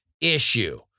issue